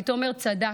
כי תומר צדק,